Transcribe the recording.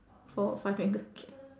four five and c~ K